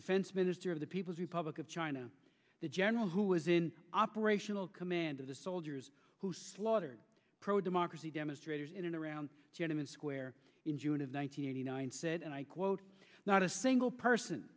defense minister of the people's republic of china the general who was in operational command of the soldiers who slaughtered pro democracy demonstrators in and around gentleman square in june of one thousand nine hundred ninety said and i quote not a single person